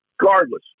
Regardless